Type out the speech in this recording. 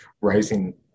rising